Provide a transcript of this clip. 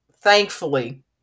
thankfully